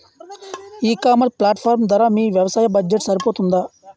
ఈ ecommerce platform ధర మీ వ్యవసాయ బడ్జెట్ సరిపోతుందా?